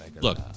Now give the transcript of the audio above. Look